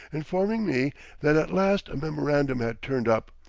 informing me that at last a memorandum had turned up,